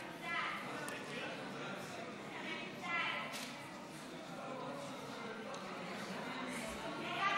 והבנייה (תיקון מס' 107 והוראת שעה) (תיקון,